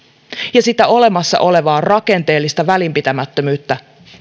ja sitä olemassa olevaa rakenteellista välinpitämättömyyttä